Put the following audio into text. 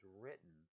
written